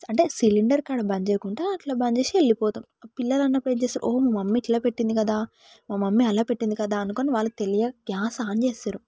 అంటే సిలిండర్ కాడ బంద్ చేయకుండా అట్లా బంద్ చేసి వెళ్ళిపోతాం పిల్లలు ఉన్నప్పుడు ఏం చేస్తారు అంటే ఓ మా మమ్మీ అట్లా పెట్టింది కదా ఓ మా మమ్మీ అలా పెట్టింది కదా అనుకోని వాళ్ళకి తెలియక గ్యాస్ ఆన్ చేస్తారు